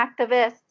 activists